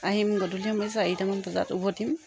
আহিম গধূলি সময়ত চাৰিটামান বজাত উভতিম